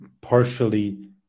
partially